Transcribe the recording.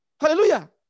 hallelujah